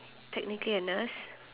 technically a nurse